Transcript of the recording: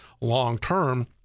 long-term